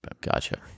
Gotcha